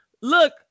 Look